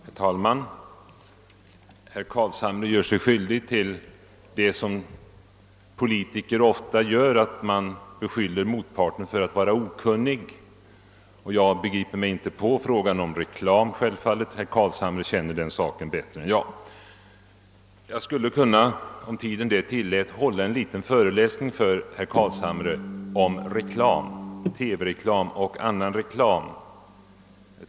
Herr talman! Herr Carlshamre gör sig skyldig till något som politiker ofta råkar ut för: att beskylla motparten för att vara okunnig. Jag begriper mig självfallet inte på reklamfrågan; herr Carlshamre känner den saken bättre än jag. Om tiden det tillät, skulle jag kunna hålla en liten föreläsning för herr Carlshamre om TV-reklam och annan reklam.